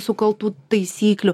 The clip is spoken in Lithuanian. sukaltų taisyklių